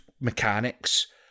mechanics